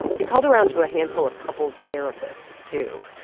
we called around to a handful of couples therapists, too.